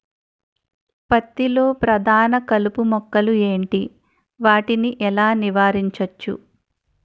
పత్తి లో ప్రధాన కలుపు మొక్కలు ఎంటి? వాటిని ఎలా నీవారించచ్చు?